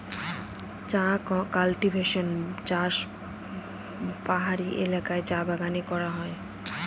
চা কাল্টিভেশন বা চাষ পাহাড়ি এলাকায় চা বাগানে করা হয়